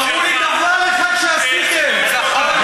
תראו לי דבר אחד שעשיתם, בלי,